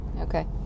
Okay